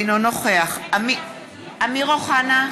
אינו נוכח אמיר אוחנה,